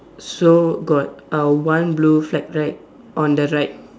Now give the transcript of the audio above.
so got uh one blue flag right on the right